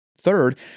Third